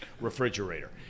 refrigerator